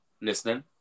listening